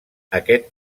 aquest